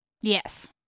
Yes